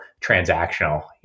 transactional